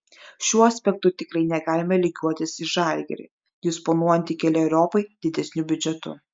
šiuo aspektu tikrai negalime lygiuotis į žalgirį disponuojantį keleriopai didesniu biudžetu